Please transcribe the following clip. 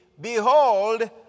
behold